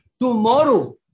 tomorrow